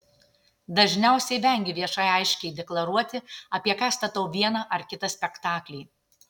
dažniausiai vengiu viešai aiškiai deklaruoti apie ką statau vieną ar kitą spektaklį